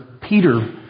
Peter